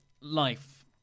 life